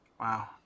Wow